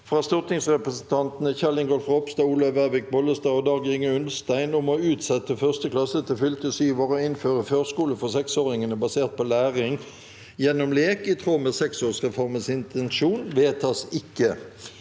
fra stortingsrepresentantene Kjell Ingolf Ropstad, Olaug Vervik Bollestad og Dag-Inge Ulstein om å utsette 1. klasse til fylte syv år og innføre førskole for seksåringene basert på læring gjennom lek i tråd med seksårsreformens intensjon – vedtas ikke.